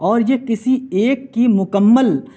اور یہ کسی ایک کی مکمل